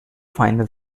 final